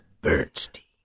Bernstein